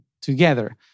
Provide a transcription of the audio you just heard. together